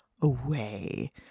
away